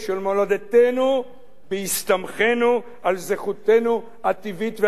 בהסתמכנו על זכותנו הטבעית וההיסטורית,